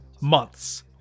months